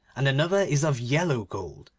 and another is of yellow gold,